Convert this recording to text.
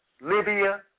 Libya